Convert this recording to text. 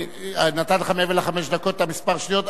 נתתי לך מעבר לחמש דקות כמה שניות,